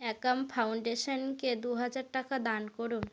একাম ফাউন্ডেশনকে দু হাজার টাকা দান করুন